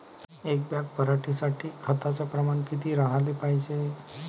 एक बॅग पराटी साठी खताचं प्रमान किती राहाले पायजे?